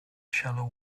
shallow